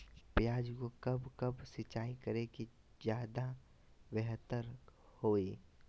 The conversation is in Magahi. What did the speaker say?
प्याज को कब कब सिंचाई करे कि ज्यादा व्यहतर हहो?